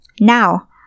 Now